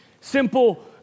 Simple